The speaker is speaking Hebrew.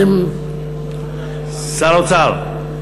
שר האוצר,